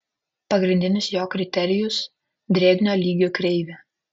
pagrindinis jo kriterijus drėgnio lygio kreivė